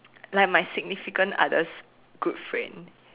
like my significant other's good friend